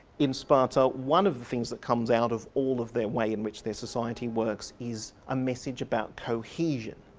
in sparta, one of the things that comes out of all of their way in which their society works is a message about cohesion.